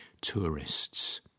tourists